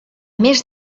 més